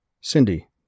Cindy